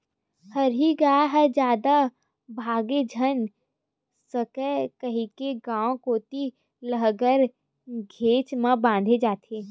हरही गाय ह जादा भागे झन सकय कहिके गाँव कोती लांहगर घेंच म बांधे जाथे